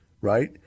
right